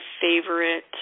favorite